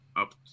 up